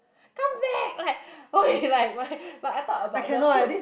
come back like !oi! like why but I talk about the food